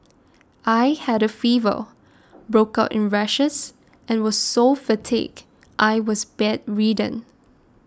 I had a fever broke out in rashes and was so fatigued I was bedridden